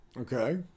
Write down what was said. Okay